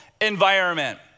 environment